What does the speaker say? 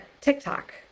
TikTok